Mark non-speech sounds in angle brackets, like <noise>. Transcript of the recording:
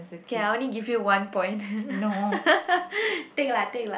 k I only give you one point <laughs> take lah take lah